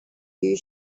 you